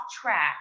track